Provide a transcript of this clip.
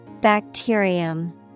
Bacterium